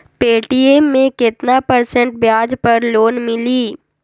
Paytm मे केतना percent ब्याज पर लोन मिली?